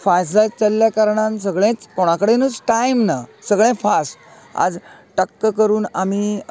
fast जायत चल्ल्या कारणान सगळेंच कोणा कडेनूच टायम ना सगळें फास्ट आज टक्क करून आमी